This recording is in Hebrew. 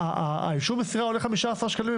אישור המסירה עולה 15 שקלים.